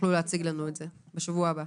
תוכלו להציג לנו את זה בשבוע הבא.